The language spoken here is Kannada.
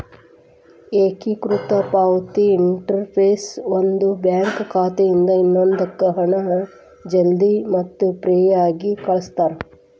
ಏಕೇಕೃತ ಪಾವತಿ ಇಂಟರ್ಫೇಸ್ ಒಂದು ಬ್ಯಾಂಕ್ ಖಾತೆಯಿಂದ ಇನ್ನೊಂದಕ್ಕ ಹಣ ಜಲ್ದಿ ಮತ್ತ ಫ್ರೇಯಾಗಿ ಕಳಸ್ತಾರ